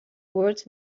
words